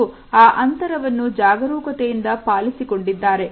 ಹಾಗೂ ಆ ಅಂತರವನ್ನು ಜಾಗರೂಕತೆಯಿಂದ ಪಾಲಿಸಿ ಕೊಂಡಿದ್ದಾರೆ